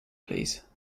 please